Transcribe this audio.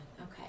okay